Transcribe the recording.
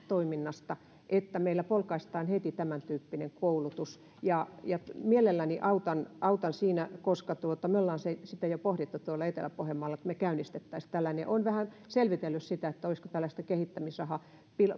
toiminnasta että meillä polkaistaan heti tämäntyyppinen koulutus ja ja mielelläni autan autan siinä koska me olemme jo pohtineet tuolla etelä pohjanmaalla että me käynnistäisimme tällaisen olen vähän selvitellyt sitä olisiko tällaista kehittämisrahaa